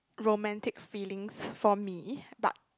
romantic feelings for me but